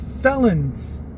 felons